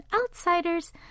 outsiders